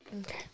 Okay